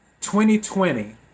2020